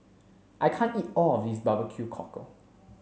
I can't eat all of this Barbecue Cockle